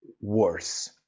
worse